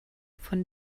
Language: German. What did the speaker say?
von